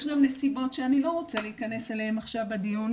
ישנן גם נסיבות שאני לא רוצה להיכנס אליהם עכשיו בדיון,